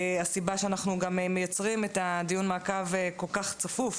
הסיבה שאנחנו מייצרים את דיון המעקב בזמן כל כך צפוף,